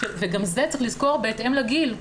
וגם זה צריך לזכור בהתאם לגיל.